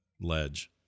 ledge